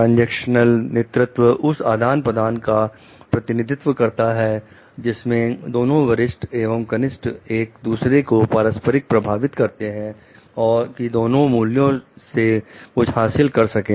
transactional नेतृत्व उन आदान प्रदान का प्रतिनिधित्व करता है जिसमें दोनों वरिष्ठ एवं कनिष्ठ एक दूसरे को पारस्परिक प्रभावित करते हैं कि दोनों मूल्यों से कुछ हासिल कर सकें